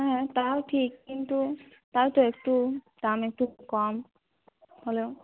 হ্যাঁ তাও ঠিক কিন্তু তাও তো একটু দাম একটু কম হলেও